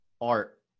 art